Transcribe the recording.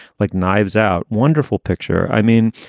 like knives out. wonderful picture. i mean,